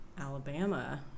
Alabama